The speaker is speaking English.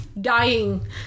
dying